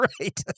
right